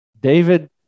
David